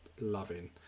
...loving